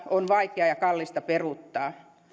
on vaikeaa ja kallista peruuttaa